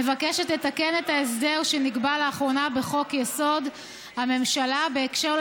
מבקשת לתקן את ההסדר שנקבע לאחרונה בחוק-יסוד: הממשלה בהקשר של